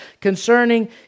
concerning